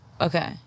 okay